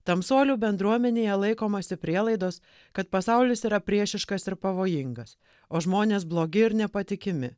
tamsuolių bendruomenėje laikomasi prielaidos kad pasaulis yra priešiškas ir pavojingas o žmonės blogi ir nepatikimi